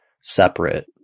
separate